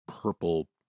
purple